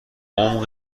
عمق